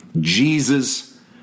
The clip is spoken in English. Jesus